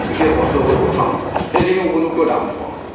বিশেষ কষ্ট কৰি বচাওঁ সেইখিনিও উপযুক্ত দাম নাপাওঁ